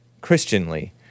Christianly